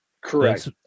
Correct